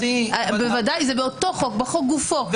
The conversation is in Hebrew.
זה בחוק גופו זה מופנה לחברתי ממשרד המשפטים.